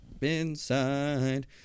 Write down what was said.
inside